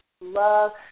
love